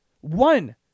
One